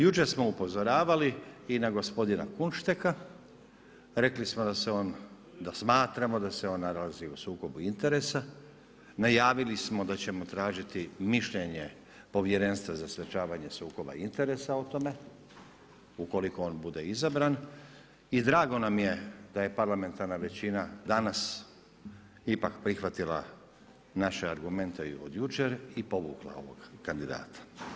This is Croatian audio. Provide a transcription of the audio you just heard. Jučer smo upozoravali i na gospodina Kunšteka, rekli smo da smatramo da se on nalazi u sukobu interesa, najavili smo da ćemo tražiti mišljenje Povjerenstva za sprečavanje sukoba interesa o tome, ukoliko on bude izabran i drago nam je da je parlamentarna većina danas ipak prihvatila naše argumente i od jučer i povukla ovog kandidata.